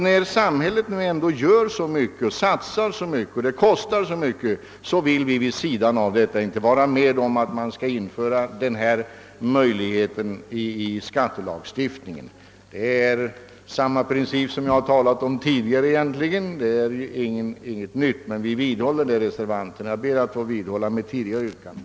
När samhället ändå gör så mycket för den enskilde arbetstagarens trygghet och det kostar så mycket vill vi vid sidan av denna satsning inte vara med om att införa denna möjlighet i skattelagstiftningen. Detta är egentligen ingenting nytt, utan principen är densamma som jag har talat om tidigare i andra sammanhang och som vi vidhåller. Vi reservanter vidhåller vår mening. Jag ber alltså att få vidhålla mitt tidigare yrkande.